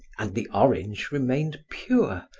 and the orange remained pure,